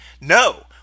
no